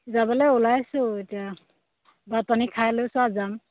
যাবলে ওলাইছোঁ এতিয়া ভাত পানী খাই লৈছো যাম